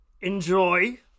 enjoy